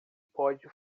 pode